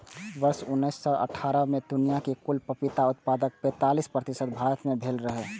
वर्ष उन्नैस सय अट्ठारह मे दुनियाक कुल पपीता उत्पादनक पैंतालीस प्रतिशत भारत मे भेल रहै